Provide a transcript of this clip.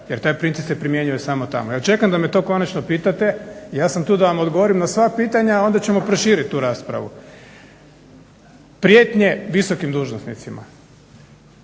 jer taj princip se primjenjuje samo tamo. Ja čekam da me to konačno pitate i ja sam tu da vam odgovorim na sva pitanja, a onda ćemo proširiti tu raspravu. Prijetnje visokim dužnosnicima,